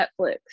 Netflix